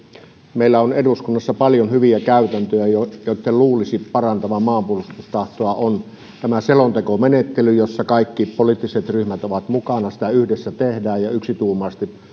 meillä on eduskunnassa paljon hyviä käytäntöjä joitten joitten luulisi parantavan maanpuolustustahtoa on tämä selontekomenettely jossa kaikki poliittiset ryhmät ovat mukana sitä yhdessä tehdään ja yksituumaisesti